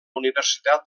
universitat